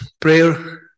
Prayer